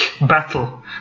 battle